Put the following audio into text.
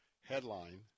headline